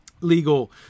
legal